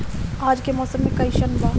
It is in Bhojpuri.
आज के मौसम कइसन बा?